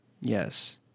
Yes